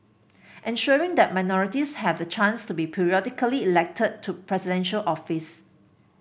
ensuring that minorities have the chance to be periodically elected to Presidential Office